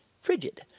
frigid